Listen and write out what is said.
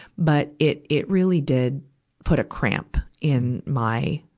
but it, it really did put a cramp in my,